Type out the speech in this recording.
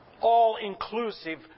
all-inclusive